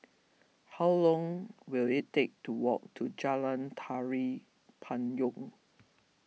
how long will it take to walk to Jalan Tari Payong